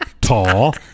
tall